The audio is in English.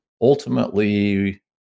ultimately